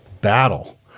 battle